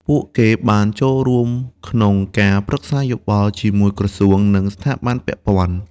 ពួកគេបានចូលរួមក្នុងការប្រឹក្សាយោបល់ជាមួយក្រសួង និងស្ថាប័នពាក់ព័ន្ធ។